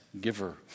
giver